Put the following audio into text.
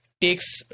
takes